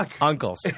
Uncles